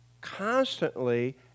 constantly